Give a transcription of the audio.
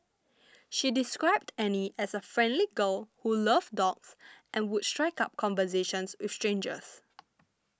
she described Annie as a friendly girl who loved dogs and would strike up conversations with strangers